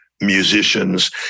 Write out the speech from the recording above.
musicians